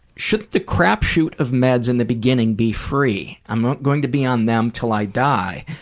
should the crap shoot of meds in the beginning be free? i'm not going to be on them until i die.